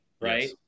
right